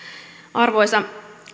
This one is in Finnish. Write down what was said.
arvoisa